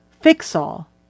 fix-all